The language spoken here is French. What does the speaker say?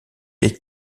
est